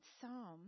psalm